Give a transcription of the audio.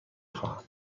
خواهم